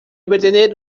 obtener